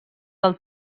del